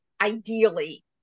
ideally